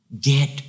Get